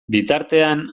bitartean